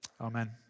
Amen